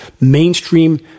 mainstream